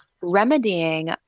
remedying